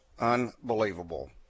unbelievable